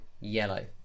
yellow